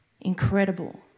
Incredible